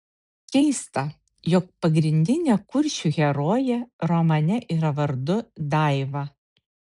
keista jog pagrindinė kuršių herojė romane yra vardu daiva